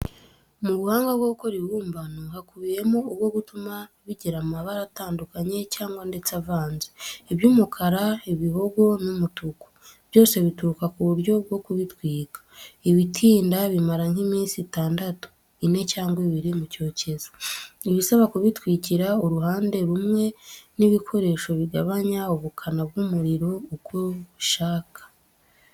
Mu buhanga bwo gukora ibibumbano, hakubiyemo ubwo gutuma bigira amabara atandukanye cyangwa ndetse avanze, iby'umukara, ibihogo n'umutuku, byose bituruka ku buryo bwo kubitwika, ibitinda bimara nk'iminsi itandatu, ine cyangwa ibiri mu cyokezo, ibisaba kubitwikira uruhande rumwe n'ibikoresho bigabanya ubukana bw'umuriro, uko ubishaka.